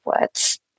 words